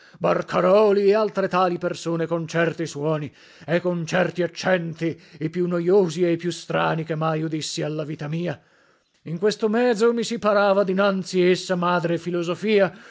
barcaroli e altre tali persone con certi suoni e con certi accenti i più noiosi e i più strani che mai udissi alla vita mia in questo mezo mi si parava dinanzi essa madre filosofia